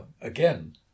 Again